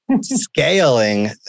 scaling